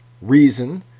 reason